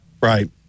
Right